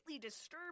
disturbed